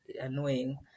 annoying